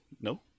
No